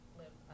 live